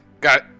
Got